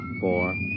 four